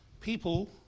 people